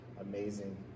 amazing